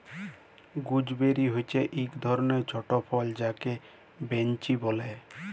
gooseberry হচ্যে এক ধরলের ছট ফল যাকে বৈনচি ব্যলে